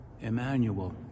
Emmanuel